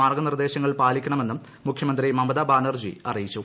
മാർഗ്ഗനിർദ്ദേശങ്ങൾ പാളിക്കണമെന്നും മുഖ്യമന്ത്രി മമത ബാനർജി അറിയിച്ചു